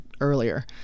earlier